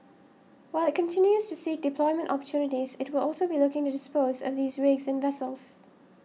while it continues to seek deployment opportunities it will also be looking to dispose of these rigs and vessels